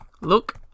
Look